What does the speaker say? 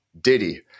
Diddy